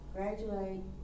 Graduate